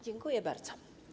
Dziękuję bardzo.